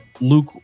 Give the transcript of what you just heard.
Luke